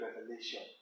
revelation